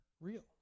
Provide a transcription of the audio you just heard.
real